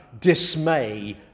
dismay